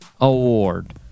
Award